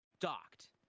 docked